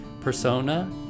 Persona